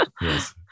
Yes